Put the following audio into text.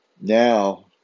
Now